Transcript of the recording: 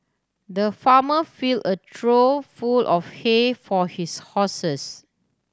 the farmer fill a trough full of hay for his horses